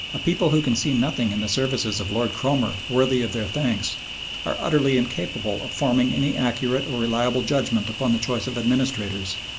a people who can see nothing in the services of lord cromer worthy of their thanks are utterly incapable of forming any accurate or reliable judgment upon the choice of administrators,